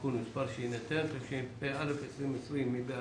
(תיקון מס' ), התשפ"א-2020 בדבר